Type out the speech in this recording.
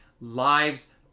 lives